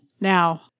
now